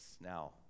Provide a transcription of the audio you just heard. Now